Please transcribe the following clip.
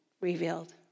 revealed